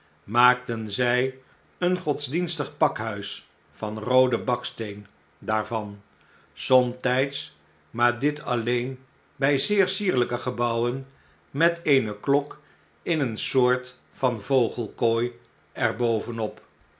maakten zij een godsdienstig pakhuis van rooden baksteen daarvan somtijds maar dit alleen bij zeer sierlijke gebouwen met eene klok in een soort van vogelkooi